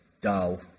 dull